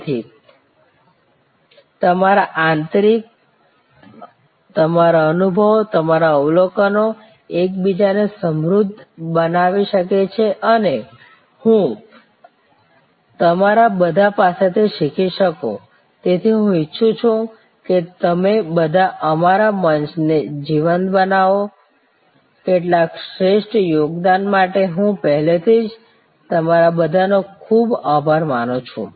તેથી તમારા આંતરિક તમારા અનુભવો તમારા અવલોકનો એકબીજાને સમૃદ્ધ બનાવી શકે અને હું તમારા બધા પાસેથી શીખી શકું તેથી હું ઈચ્છું છું કે તમે બધા અમારા મંચ ને જીવંત બનાવો કેટલાક શ્રેષ્ઠ યોગદાન માટે હું પહેલેથી જ તમારા બધાનો ખૂબ આભાર માનું છું